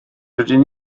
rydyn